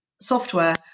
software